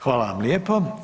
Hvala vam lijepo.